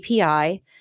API